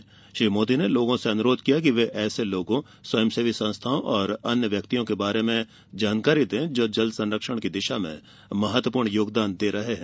नरेन्द्र मोदी ने लोगों से अनुरोध किया कि वे ऐसे लोगों स्वंयसेवी संस्थाओं और अन्य व्यक्तियों के बारे में जानकारी दें जो जल संरक्षण की दिशा में महत्वपूर्ण योगदान दे रहे हैं